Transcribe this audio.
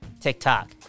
TikTok